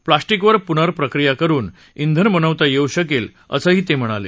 प्लास्टिकवर पुनर्प्रक्रिया करून इंधन बनवता येऊ शकेल असं ते म्हणाले